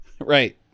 Right